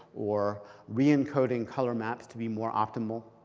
or re-encoding color maps to be more optimal,